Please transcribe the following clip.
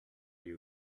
you